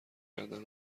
کردن